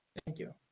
thank you. a